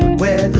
when.